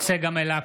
צגה מלקו,